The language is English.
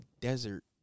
desert